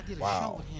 Wow